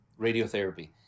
radiotherapy